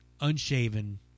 unshaven